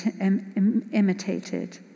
imitated